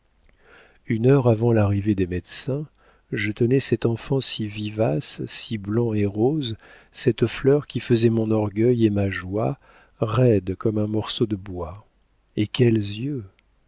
une heure avant l'arrivée des médecins je tenais cet enfant si vivace si blanc et rose cette fleur qui faisait mon orgueil et ma joie roide comme un morceau de bois et quels yeux